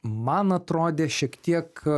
man atrodė šiek tiek